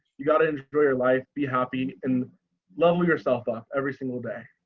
you got to enjoy your life, be happy and level yourself up every single day.